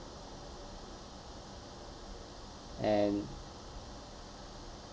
and